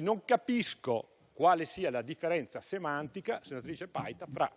non capisco quale sia la differenza semantica tra